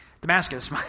Damascus